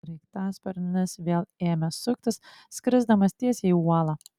sraigtasparnis vėl ėmė suktis skrisdamas tiesiai į uolą